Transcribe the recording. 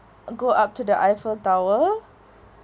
go up to the eiffel tower